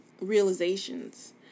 realizations